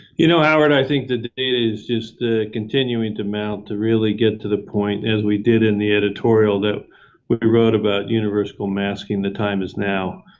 you know, howard, i think the data is just continuing to mount to really get to the point as we did in the editorial that we wrote about. universal masking, the time is now.